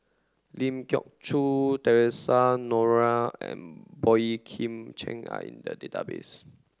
Ling Geok Choon Theresa Noronha and Boey Kim Cheng are in the database